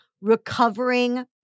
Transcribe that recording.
recovering